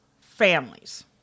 families